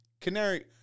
Canary